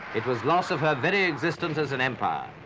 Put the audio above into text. it was loss of her very existence as an empire.